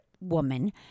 woman